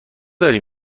داری